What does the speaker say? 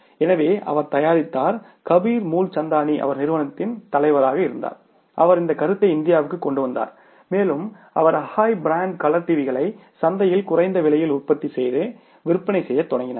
எனவே அவர் தயாரித்தார் கபீர் முல்சந்தானி அவர் நிறுவனத்தின் தலைவராக இருந்தார் அவர் இந்த கருத்தை இந்தியாவுக்குக் கொண்டுவந்தார் மேலும் அவர் அகாய் பிராண்ட் கலர் டிவிகளை சந்தையில் குறைந்த விலையில் உற்பத்தி செய்து விற்பனை செய்யத் தொடங்கினார்